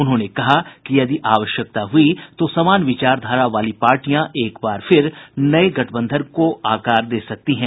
उन्होंने कहा कि यदि आवश्यकता हुई तो समान विचारधारा वाली पार्टियां एकबार फिर नये गठबंधन को आकार दे सकती हैं